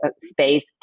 space